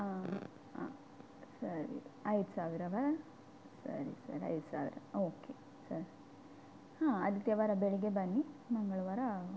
ಹಾಂ ಹಾಂ ಸರಿ ಐದು ಸಾವಿರವಾ ಸರಿ ಸರಿ ಐದು ಸಾವಿರ ಓಕೆ ಸರಿ ಹಾಂ ಆದಿತ್ಯವಾರ ಬೆಳಗ್ಗೆ ಬನ್ನಿ ಮಂಗಳವಾರ